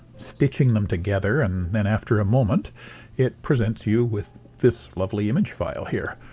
stitching them together, and then after a moment it presents you with this lovely image file here,